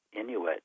Inuit